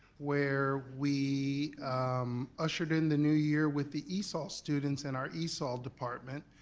where we ushered in the new year with the esol students in our esol department.